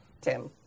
Tim